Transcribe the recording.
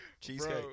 Cheesecake